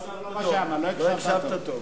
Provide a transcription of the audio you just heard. לא הקשבת טוב.